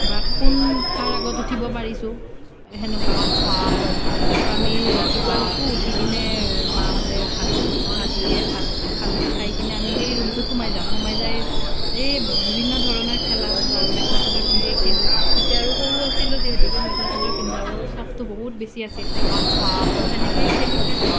বা কোন কাৰ আগত উঠিব পাৰিছোঁ সেনেকুৱা তো আমি ৰাতিপুৱাই উঠোঁ উঠি কিনে মাহঁতে ভাত ভাত দিয়ে ভাত খালোঁ খাই কিনে আমি সেই ৰূমটোত সোমাই যাম সোমাই যাই সেই বিভিন্ন ধৰণৰ খেলা বা মেখেলা চাদৰ পিন্ধিয়েই খেলোঁ তেতিয়া আৰু সৰু আছিলোঁ যিহেতুকে মেখেলা চাদৰ পিন্ধাৰো চখটো বহুত বেছি আছিল তো সেনেকৈয়ে খেলিছিলোঁ